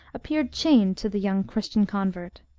appeared chained to the young christian convert.